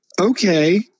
Okay